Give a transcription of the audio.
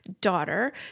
daughter